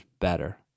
better